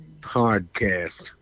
podcast